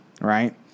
Right